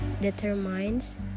determines